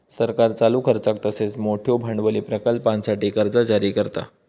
सरकार चालू खर्चाक तसेच मोठयो भांडवली प्रकल्पांसाठी कर्जा जारी करता